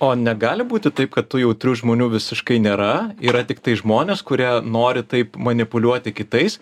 o negali būti taip kad tų jautrių žmonių visiškai nėra yra tiktai žmonės kurie nori taip manipuliuoti kitais